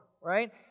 right